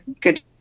good